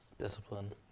Discipline